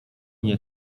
nie